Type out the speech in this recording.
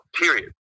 period